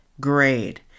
grade